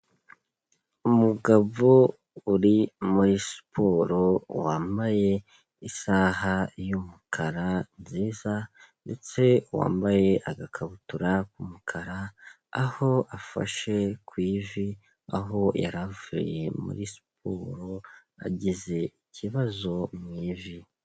Umugabo uri muri siporo wambaye isaha y'umukara nziza ndetse wambaye agakabutura k'umukara, aho afashe ku ivi aho yari avuye muri siporo agize ikibazo mu ivi.